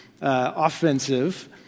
offensive